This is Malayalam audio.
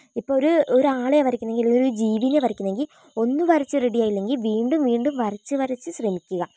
ഇപ്പോഴൊരു ഒരാളെ വരയ്ക്കുന്നെങ്കിൽ ഒരു ജീവീനെ വരയ്ക്കുന്നെങ്കിൽ ഒന്ന് വരച്ചു റെഡിയായില്ലെങ്കിൽ വീണ്ടും വീണ്ടും വരച്ച് വരച്ച് ശ്രമിക്കുക